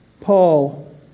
Paul